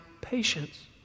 patience